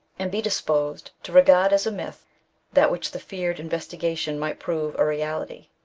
and be disposed to regard as a myth that which the feared investigation might prove a reality.